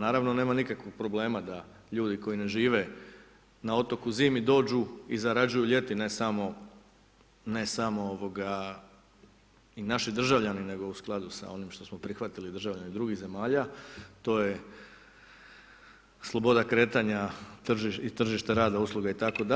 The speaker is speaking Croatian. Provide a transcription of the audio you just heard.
Naravno nema nikakvog problema da ljudi koji ne žive na otoku zimi dođu i zarađuju ljeti ne samo i naši državljani nego u skladu s onim što smo prihvatili, državljani drugih zemalja, to je sloboda kretanja i tržište rada i usluga itd.,